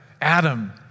Adam